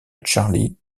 charlie